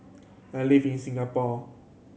I live in Singapore